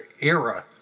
era